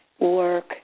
work